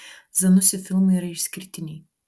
zanussi filmai yra išskirtiniai